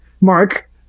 mark